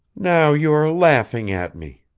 now you are laughing at me.